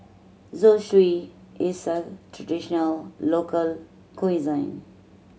zosui is a traditional local cuisine